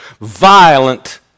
Violent